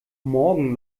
morgen